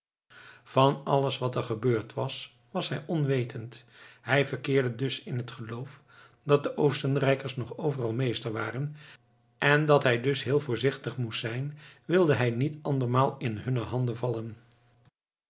van alles wat er gebeurd was was hij onwetend hij verkeerde dus in het geloof dat de oostenrijkers nog overal meester waren en dat hij dus heel voorzichtig moest zijn wilde hij niet andermaal in hunne handen vallen